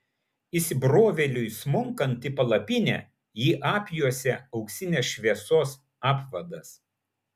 įsibrovėliui smunkant į palapinę jį apjuosė auksinės šviesos apvadas